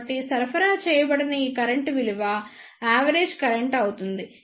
కాబట్టి సరఫరా చేయబడిన ఈ కరెంట్ విలువ యావరేజ్ కరెంట్ అవుతుంది